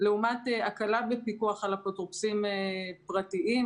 לעומת הקלה בפיקוח על אפוטרופוסים פרטיים,